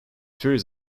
furious